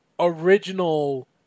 original